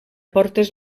portes